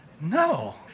No